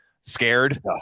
scared